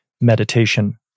meditation